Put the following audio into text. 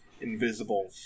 invisible